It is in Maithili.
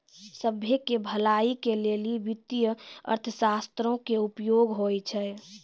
सभ्भे के भलाई के लेली वित्तीय अर्थशास्त्रो के उपयोग होय छै